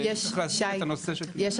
צריך להסדיר את הנושא --- יש,